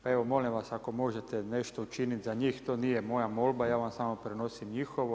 Pa evo, molim vas, ako možete nešto učiniti za njih, to nije moja molba, ja vam samo prenosim njihovo.